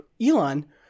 Elon